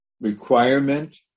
requirement